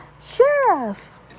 sheriff